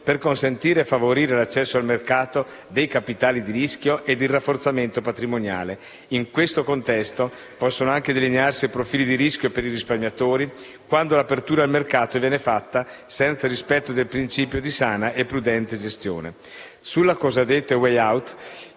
per consentire e favorire l'accesso al mercato dei capitali di rischio ed il rafforzamento patrimoniale. In questo contesto possono anche delinearsi profili di rischio per i risparmiatori, quando l'apertura al mercato viene fatta senza rispetto del principio di sana e prudente gestione. La cosiddetta *way out*